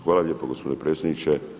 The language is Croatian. Hvala lijepo gospodine predsjedniče.